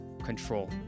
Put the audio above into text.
Control